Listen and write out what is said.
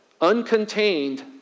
uncontained